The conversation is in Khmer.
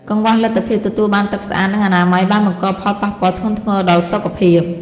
កង្វះលទ្ធភាពទទួលបានទឹកស្អាត និងអនាម័យបានបង្កផលប៉ះពាល់ធ្ងន់ធ្ងរដល់សុខភាព។